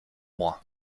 mois